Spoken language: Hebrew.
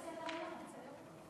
התשע"ז 2017,